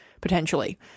potentially